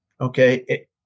Okay